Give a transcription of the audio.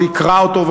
ויקרא אותו,